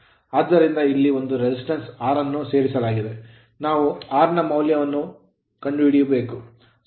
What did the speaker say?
ಆದ್ದರಿಂದ ಇಲ್ಲಿ ಒಂದು resistance ಪ್ರತಿರೋಧ R ಅನ್ನು ಸೇರಿಸಲಾಗಿದೆ ನಾವು R ನ ಮೌಲ್ಯವೇನು ಎಂದು ಕಂಡುಹಿಡಿಯಬೇಕು